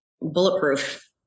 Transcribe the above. bulletproof